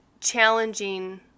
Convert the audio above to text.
challenging